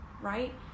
right